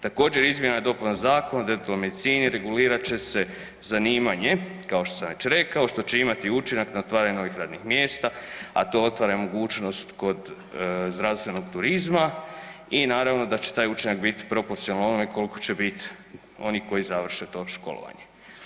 Također, izmjena i dopuna Zakona o dentalnoj medicini regulirat će se zanimanje, kao što sam već rekao, što će imati učinak na otvaranje novih radnih mjesta, a to otvara i mogućnost kod zdravstvenog turizma i naravno da će taj učinak biti proporcionalan onome koliko će biti onih koji završe to školovanje.